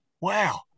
Wow